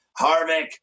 Harvick